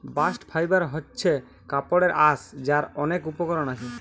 bast fibre হচ্ছে কাপড়ের আঁশ যার অনেক উপকরণ আছে